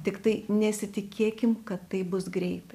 tiktai nesitikėkim kad tai bus greitai